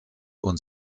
und